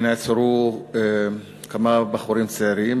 נעצרו כמה בחורים צעירים.